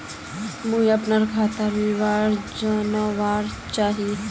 मुई अपना खातादार विवरण जानवा चाहची?